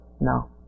no